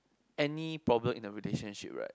any problem in the relationship right